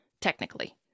technically